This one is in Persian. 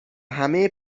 همه